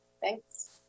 Thanks